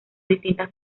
distintas